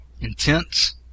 intense